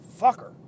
Fucker